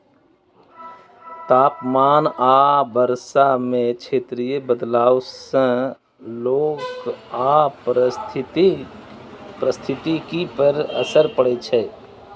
तापमान आ वर्षा मे क्षेत्रीय बदलाव सं लोक आ पारिस्थितिकी पर असर पड़ै छै